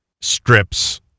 strips